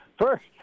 first